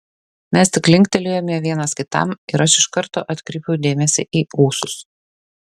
mes tik linktelėjome vienas kitam ir aš iš karto atkreipiau dėmesį į ūsus